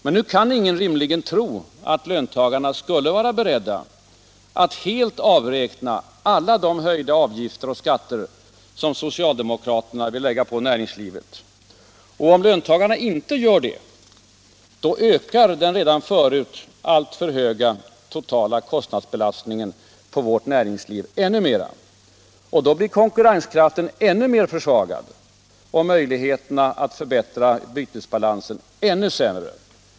Men nu kan ingen rimligen tro att löntagarna skulle vara beredda att helt avräkna alla de höjda avgifter och skatter som socialdemokraterna vill lägga på näringslivet. Och om löntagarna inte gör det, ökar den redan förut alltför höga totala kostnadsbelastningen på vårt näringsliv ännu mera. Då blir konkurrenskraften ännu mer försvagad och möjligheterna att förbättra bytesbalansen ännu sämre.